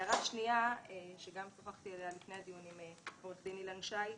הערה שנייה ששוחחתי עליה לפני הדיון עם עורך דין אילן שי,